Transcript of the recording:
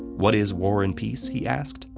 what is war and peace? he asked.